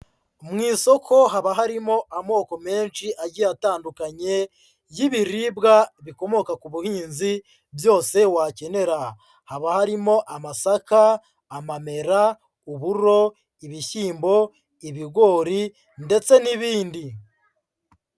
Mu isoko haba harimo amoko menshi agiye atandukanye y'ibiribwa bikomoka ku buhinzi, byose wakenera. Haba harimo: amasaka, amamera, uburo, ibishyimbo, ibigori ndetse n'ibindi.